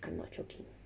I'm not joking